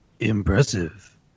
impressive